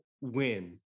win